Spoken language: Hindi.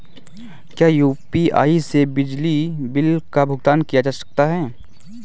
क्या यू.पी.आई से बिजली बिल का भुगतान किया जा सकता है?